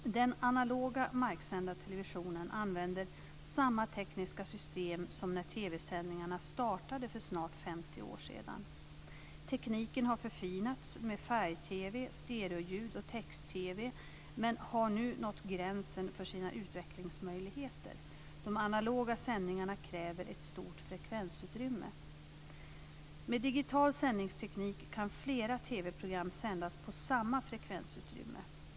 Den analoga marksända televisionen använder samma tekniska system som när TV-sändningarna startade för snart 50 år sedan. Tekniken har förfinats med färg-TV, stereoljud och text-TV, men har nu nått gränsen för sina utvecklingsmöjligheter. De analoga sändningarna kräver ett stort frekvensutrymme. Med digital sändningsteknik kan flera TV program sändas på samma frekvensutrymme.